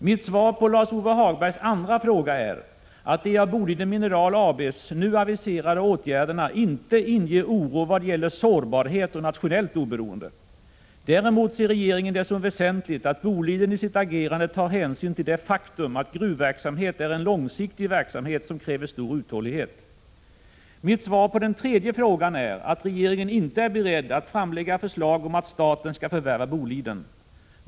Mitt svar på Lars-Ove Hagbergs andra fråga är att de av Boliden Mineral AB nu aviserade åtgärderna inte inger oro vad gäller sårbarhet och nationellt oberoende. Däremot ser regeringen det som väsentligt att Boliden i sitt agerande tar hänsyn till det faktum att gruvverksamhet är en långsiktig verksamhet som kräver stor uthållighet. Mitt svar på den tredje frågan är att regeringen inte är beredd att framlägga förslag om att staten skall förvärva Boliden.